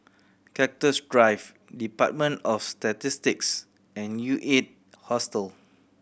Cactus Drive Department of Statistics and U Eight Hostel